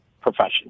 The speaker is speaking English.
profession